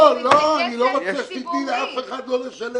לא, לא, אני לא מציע שתתני לאף אחד לא לשלם.